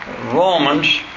Romans